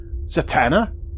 Zatanna